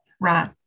right